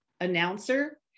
announcer